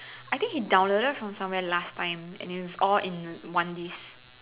I think he downloaded from somewhere last time and then it's all in one disc